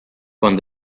con